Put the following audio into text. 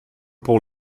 pour